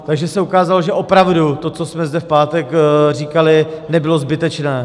Takže se ukázalo, že opravdu to, co jsme zde v pátek říkali, nebylo zbytečné.